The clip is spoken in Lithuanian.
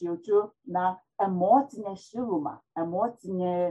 jaučiu na emocinę šilumą emocinį